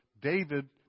David